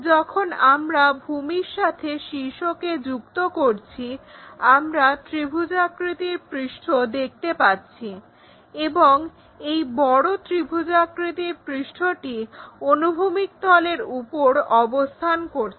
যখন আমরা ভূমির সাথে শীর্ষকে যুক্ত করছি আমরা ত্রিভুজাকৃতির পৃষ্ঠ দেখতে পাচ্ছি এবং এই বড় ত্রিভুজাকৃতির পৃষ্ঠটি অনুভূমিক তলের উপর অবস্থান করছে